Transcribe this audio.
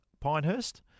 Pinehurst